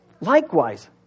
Likewise